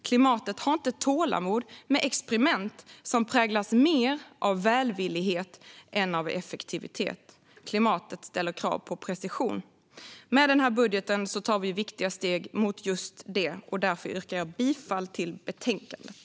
Klimatet har inte tålamod med experiment som präglas mer av välvillighet än av effektivitet. Klimatet ställer krav på precision. Med den här budgeten tar vi viktiga steg mot just detta. Därför yrkar jag bifall till förslaget i betänkandet.